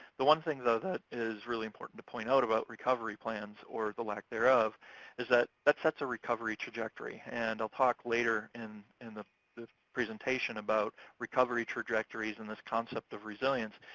the one thing, though, that is really important to point out about recovery plans or the lack thereof is that that sets a recovery trajectory. and i'll talk later in and the the presentation about recovery trajectories and this concept of resilience,